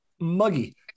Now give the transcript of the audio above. muggy